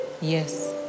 yes